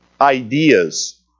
ideas